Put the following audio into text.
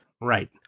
Right